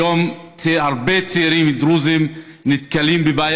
היום הרבה צעירים דרוזים נתקלים בבעיה